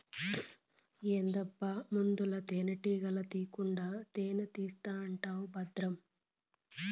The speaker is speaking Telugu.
ఏందబ్బా ముందల తేనెటీగల తీకుండా తేనే తీస్తానంటివా బద్రం